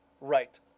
Right